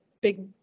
big